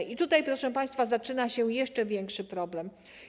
I tutaj, proszę państwa, zaczyna się jeszcze większy problem.